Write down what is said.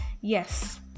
yes